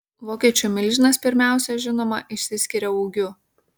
vokiečių milžinas pirmiausia žinoma išsiskiria ūgiu